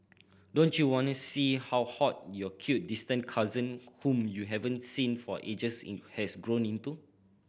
don't you wanna see how hot your cute distant cousin whom you haven't seen for ages has grown into